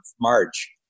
March